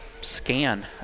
scan